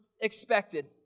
expected